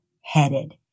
headed